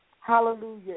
hallelujah